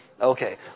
Okay